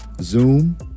Zoom